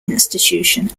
institution